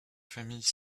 familles